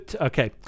okay